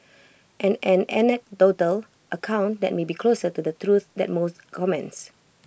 and an anecdotal account that may be closer to the truth than most comments